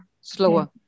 slower